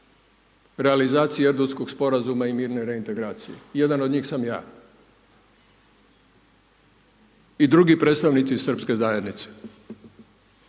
realizaciji Erdutskog sporazuma i mirne reintegracije? Jedan od njih sam ja, i drugi predstavnici srpske zajednice.